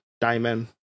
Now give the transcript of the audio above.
Diamond